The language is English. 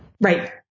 Right